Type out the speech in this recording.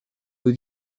peu